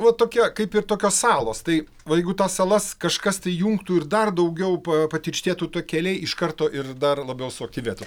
va tokia kaip ir tokios salos tai va jeigu tas salas kažkas tai jungtų ir dar daugiau pa patirštėtų tie keliai iš karto ir dar labiau suaktyvėtų